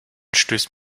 stößt